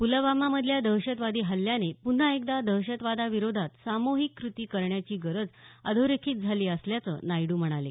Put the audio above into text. पुलवामामधल्या दहशतवादी हल्ल्याने पुन्हा एकदा दहशतवादाविरोधात सामुहिक कृती करण्याची गरज अधोरेखित झाली असल्याचं नायडू म्हणाले